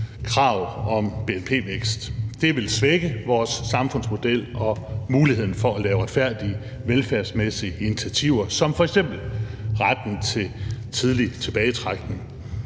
krav om bnp-vækst. Det ville svække vores samfundsmodel og muligheden for at lave retfærdige velfærdsmæssige initiativer som f.eks. retten til tidlig tilbagetrækning,